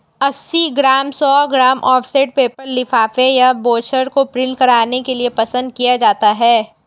अस्सी ग्राम, सौ gram offset paper लिफाफे या ब्रोशर को प्रिंट करने के लिए पसंद किया जाता है